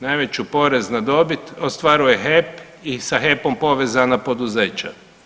Najveću porez na dobit ostvaruje HEP i sa HEP-om povezana poduzeća.